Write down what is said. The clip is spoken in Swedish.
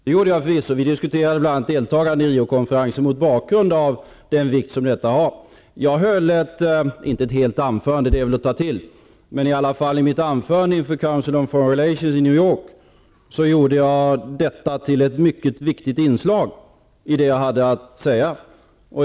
Fru talman! Det gjorde jag förvisso. Vi diskuterade bl.a. deltagande i Rio-konferensen mot bakgrund av den vikt som detta har. Jag höll inte ett helt anförande om detta, men i mitt anförande inför Council of Foreign Relations i New York gjorde jag detta till ett mycket viktigt inslag i det som jag hade att säga.